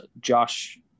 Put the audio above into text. Josh